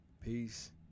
Peace